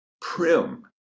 prim